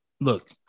look